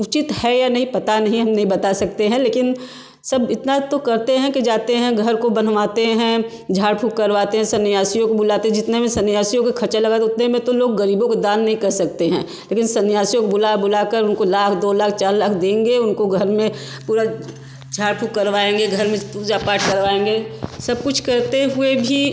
उचित है या नहीं पता नहीं हम नहीं बता सकते हैं लेकिन सब इतना तो करते हैं कि जाते हैं घर को बँधवाते हैं झाड़ फूँक करवाते हैं संन्यासियों को बुलाते हैं जीतने भी सन्यासियों का ख़र्चा लगा उतने में तो लोग ग़रीबों को दान नहीं कर सकते हैं लेकिन सन्यासियों को बुला बुला कर उनको लाख दो लाख चार लाख देंगे उनको घर में पूरा झाड़ फूँक करवाएंगे घर में पूजा पाठ करवाएँगे सब कुछ करते हुए भी